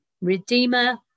redeemer